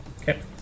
Okay